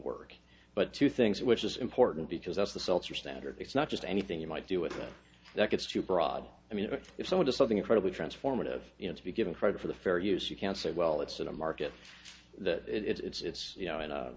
work but two things which is important because that's the seltzer standard it's not just anything you might do with that it's too broad i mean if someone does something incredibly transformative you know to be given credit for the fair use you can say well it's a market that it's you know in a